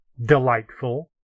Delightful